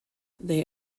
they